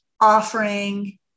offering